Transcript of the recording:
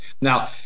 Now